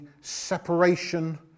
separation